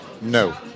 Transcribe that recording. no